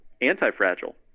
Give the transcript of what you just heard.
anti-fragile